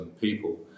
people